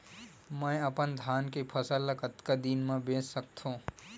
मैं अपन धान के फसल ल कतका दिन म बेच सकथो?